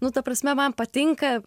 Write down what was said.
nu ta prasme man patinka